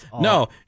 no